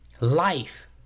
life